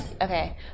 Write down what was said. Okay